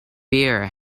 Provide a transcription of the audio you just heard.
beer